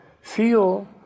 feel